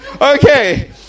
okay